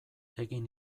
egin